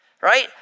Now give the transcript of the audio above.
right